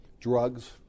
drugs